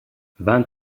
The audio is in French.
vingt